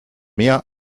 mehr